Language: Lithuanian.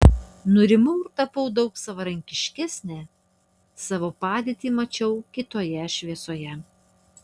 nurimau ir tapau daug savarankiškesnė savo padėtį mačiau kitoje šviesoje